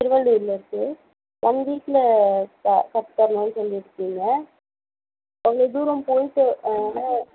திருவள்ளூரிலிருக்கு one வீக்கில் கற்றுத் தரணும்னு சொல்லியிருக்கீங்க கொஞ்சம் தூரம் போயிட்டு அதனாலே